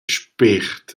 spért